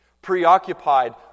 Preoccupied